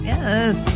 Yes